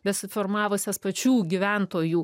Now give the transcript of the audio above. besiformavusias pačių gyventojų